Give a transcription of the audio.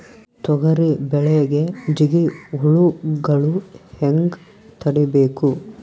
ತೊಗರಿ ಬೆಳೆಗೆ ಜಿಗಿ ಹುಳುಗಳು ಹ್ಯಾಂಗ್ ತಡೀಬೇಕು?